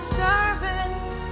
servants